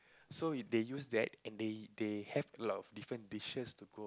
so we they use that and they they have a lot of different dishes to go